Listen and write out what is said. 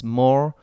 more